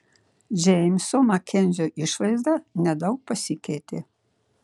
džeimso makenzio išvaizda nedaug pasikeitė